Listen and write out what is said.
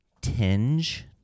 tinge